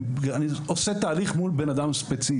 אני עושה תהליך מול בן אדם ספציפי.